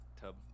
tub